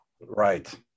Right